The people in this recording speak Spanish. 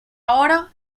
ahora